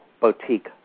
boutique